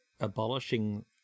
abolishing